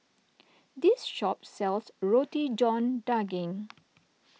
this shop sells Roti John Daging